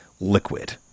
liquid